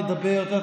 את יודעת,